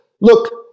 look